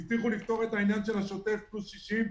הבטיחו לפתור את העניין של שוטף פלוס 60,